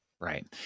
Right